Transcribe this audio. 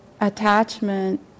attachment